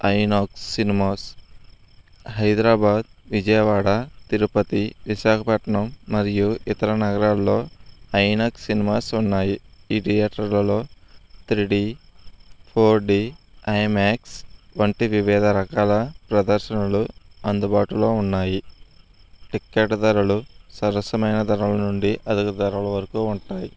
INOX cinemas Hyderabad Vijayawada Tirupati Visakhapatnam మరియు ఇతర నగరాలలో ఐనాక్స్ సినిమాస్ ఉన్నాయి ఈ థియేటర్లలో three D four D IMAX వంటి వివిధ రకాల ప్రదర్శనలు అందుబాటులో ఉన్నాయి టికెట్ ధరలు సరసమైన ధరల నుండి అధిక ధరల వరకు ఉంటాయి